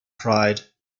pride